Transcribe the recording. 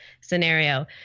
Scenario